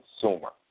consumer